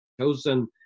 chosen